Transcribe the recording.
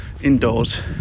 indoors